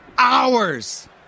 Hours